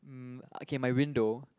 um okay my window